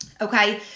Okay